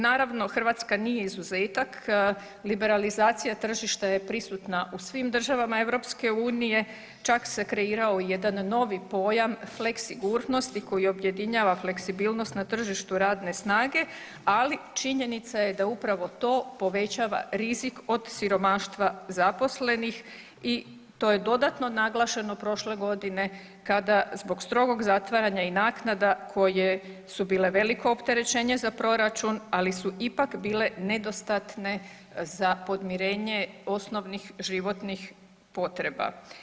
Naravno, Hrvatska nije izuzetak, liberalizacija tržišta je prisutna u svim državama EU, čak se kreirao i jedan novi pojam fleksigurnosti koji objedinjava fleksibilnost na tržištu radne snage, ali činjenica je da upravo to povećava rizik od siromaštva zaposlenih i to je dodatno naglašeno prošle godine kada zbog strogog zatvaranja i naknada koje su bile veliko opterećenje za proračun, ali su ipak bile nedostatne za podmirenje osnovnih životnih potreba.